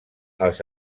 els